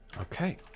Okay